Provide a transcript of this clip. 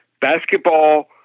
basketball